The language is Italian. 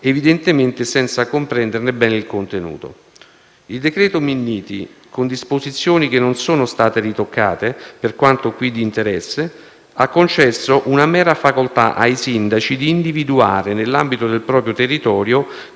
evidentemente senza comprenderne bene il contenuto. Il decreto Minniti - con disposizioni che non sono state ritoccate, per quanto qui di interesse - ha concesso una mera facoltà ai sindaci di individuare, nell'ambito del proprio territorio,